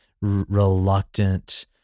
reluctant